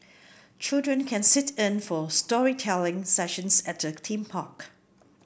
children can sit in for storytelling sessions at the theme park